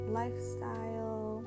lifestyle